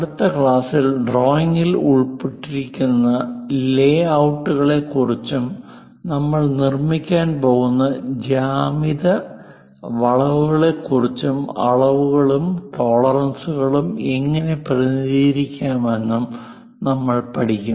അടുത്ത ക്ലാസ്സിൽ ഡ്രോയിംഗിൽ ഉൾപ്പെട്ടിരിക്കുന്ന ലേഔട്ട് കളെക്കുറിച്ചും നമ്മൾ നിർമ്മിക്കാൻ പോകുന്ന ജ്യാമിതീയ വളവുകളെക്കുറിച്ചും അളവുകളും ടോളറൻസുകളും എങ്ങനെ പ്രതിനിധീകരിക്കാമെന്നും നമ്മൾ പഠിക്കും